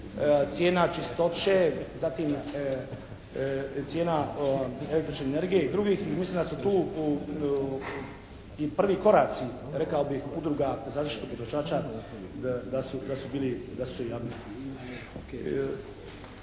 Cijena čistoće, zatim cijena električne energije i drugih i mislim da su tu u, i prvi koraci rekao bih udruga za zaštitu potrošača da su, da